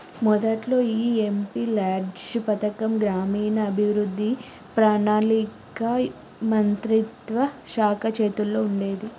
మొదట్లో ఈ MP LADS పథకం గ్రామీణాభివృద్ధి పణాళిక మంత్రిత్వ శాఖ చేతుల్లో ఉండేది